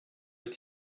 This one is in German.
ist